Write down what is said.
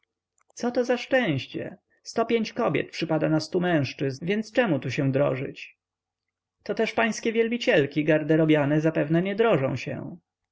coto za szczęście sto pięć kobiet przypada na stu mężczyzn więc czem się tu drożyć toteż pańskie wielbicielki garderobiane zapewne nie drożą się